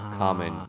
common